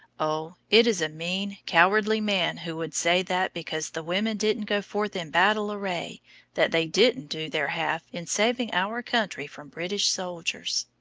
o, it is a mean, cowardly man who would say that because the women didn't go forth in battle array that they didn't do their half in saving our country from british soldiers!